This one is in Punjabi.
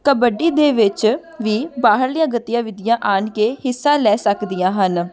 ਕਬੱਡੀ ਦੇ ਵਿੱਚ ਵੀ ਬਾਹਰਲੀਆਂ ਗਤੀਆਂ ਵਿਧੀਆਂ ਆਣ ਕੇ ਹਿੱਸਾ ਲੈ ਸਕਦੀਆਂ ਹਨ